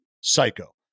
psycho